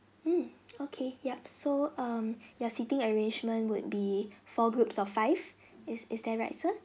mm okay yup so um your seating arrangement would be for groups of five is is that right sir